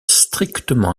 strictement